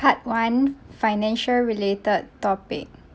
part one financial related topic